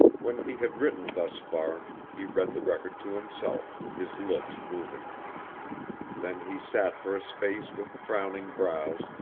when he had written thus far, he read the record to himself, his lips moving then he sat for a space with frowning brows,